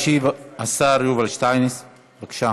ישיב השר יובל שטייניץ, בבקשה.